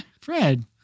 Fred